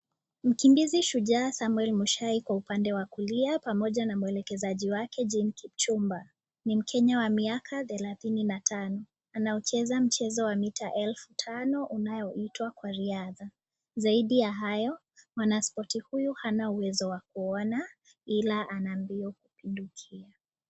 Mkimbizi shujaa Samuel Mushai kwa upande wa kulia pamoja na mwelekezaji wake Jane Kipchumba. Ni mkenya wa miaka thelathini na tano. Anaucheza mchezo wa mita elfu tano unaoitwa kwa riadha . Zaidi ya hayo, mwanaspoti huyu hana uwezo wa kuona ila ana mbio kupindukia.